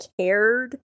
cared